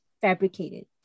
fabricated